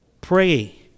Pray